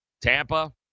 Tampa